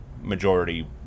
majority